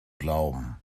glauben